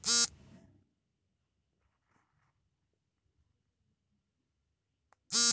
investment banking ನಲ್ಲಿ service ನಲ್ಲಿ asset management, retail banking ಸಹ ಇದೆ